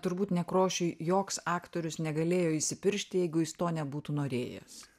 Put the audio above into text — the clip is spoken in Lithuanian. turbūt nekrošiui joks aktorius negalėjo įsipiršti jeigu jis to nebūtų norėjęs